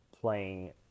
playing